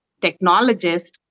technologist